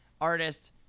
artist